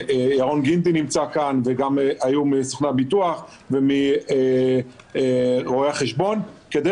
ירון גינדי נמצא כאן וגם היו מסוכני הביטוח ומרואי החשבון כדי